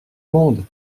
monde